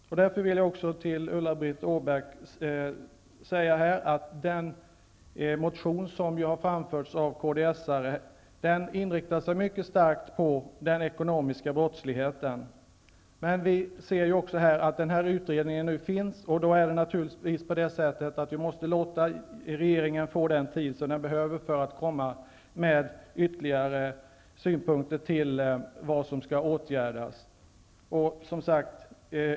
Till Ulla-Britt Åbark vill jag därför säga att i den motion som har framförts av kds:are inriktar vi oss mycket starkt på den ekonomiska brottsligheten. Eftersom den här utredningen finns måste vi emellertid låta regeringen få den tid som behövs för att kunna komma med ytterligare synpunkter på vad som skall åtgärdas.